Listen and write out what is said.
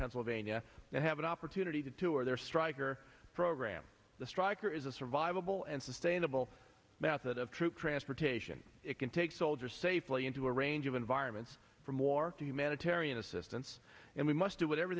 pennsylvania that have an opportunity to tour their striker program the striker is a survivable and sustainable path that of true transportation it can take soldiers safely into a range of environments for more humanitarian assistance and we must do whatever